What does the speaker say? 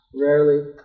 rarely